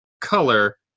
color